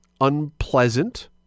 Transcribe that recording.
unpleasant